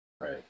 Right